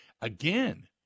Again